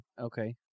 Okay